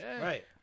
right